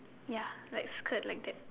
ya like skirt like that